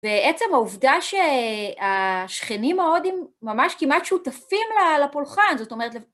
ועצם העובדה שהשכנים ההודים ממש כמעט שותפים לפולחן, זאת אומרת...